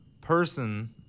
person